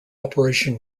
operation